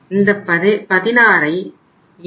இந்தப் 16ஐ 7